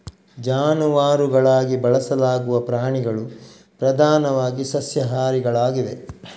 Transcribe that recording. ಜಾನುವಾರುಗಳಾಗಿ ಬಳಸಲಾಗುವ ಪ್ರಾಣಿಗಳು ಪ್ರಧಾನವಾಗಿ ಸಸ್ಯಾಹಾರಿಗಳಾಗಿವೆ